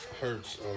hurts